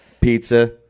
pizza